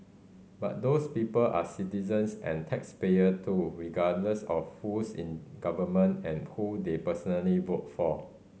but those people are citizens and taxpayer too regardless of who's in government and who they personally voted for